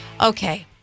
Okay